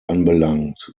anbelangt